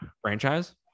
franchise